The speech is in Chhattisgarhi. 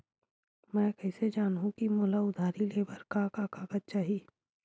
मैं कइसे जानहुँ कि मोला उधारी ले बर का का कागज चाही?